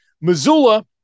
Missoula